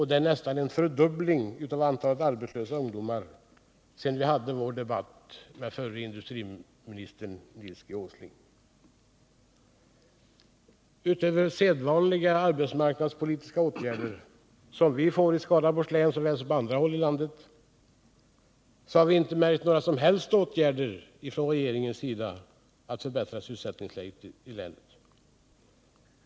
Det är nästan en fördubbling av antalet arbetslösa ungdomar sedan vi hade vår debatt med förre industriministern Nils G. Åsling. Utöver arbetsmarknadspolitiska åtgärder — som vi kommer i åtnjutande av i Skaraborgs län såväl som på andra håll i landet — har vi inte märkt några som helst åtgärder ifrån regeringens sida för att förbättra sysselsättningsläget i länet.